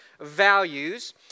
Values